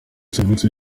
serivise